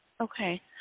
Okay